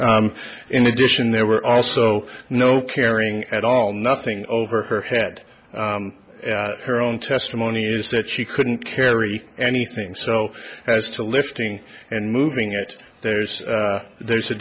in addition there were also no caring at all nothing over her head her own testimony is that she couldn't carry anything so as to lifting and moving it there's there's a